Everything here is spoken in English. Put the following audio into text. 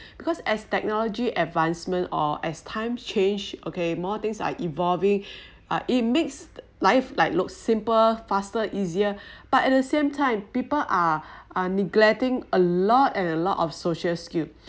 because as technology advancement or as times change okay more things are evolving uh it makes life like looks simple faster easier but at the same time people are are neglecting a lot and a lot of social skill